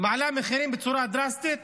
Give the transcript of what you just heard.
מעלה מחירים בצורה דרסטית,